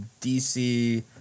DC